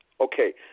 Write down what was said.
okay